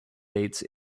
dates